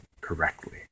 correctly